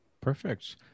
Perfect